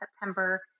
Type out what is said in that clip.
September